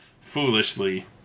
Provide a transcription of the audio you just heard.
foolishly